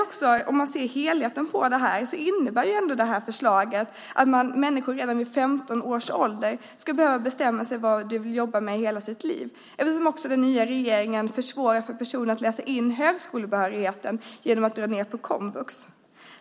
Om man ser helheten innebär ändå det här förslaget att människor redan vid 15 års ålder ska behöva bestämma sig för vad de vill jobba med hela sitt liv, eftersom den nya regeringen också försvårar för personer att läsa in högskolebehörigheten genom att man drar ned på komvux.